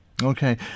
Okay